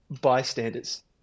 bystanders